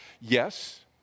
Yes